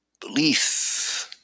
Belief